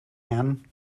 hand